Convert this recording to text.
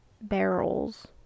barrels